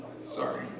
Sorry